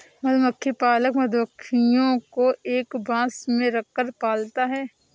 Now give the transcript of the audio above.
मधुमक्खी पालक मधुमक्खियों को एक बॉक्स में रखकर पालता है